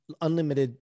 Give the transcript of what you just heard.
unlimited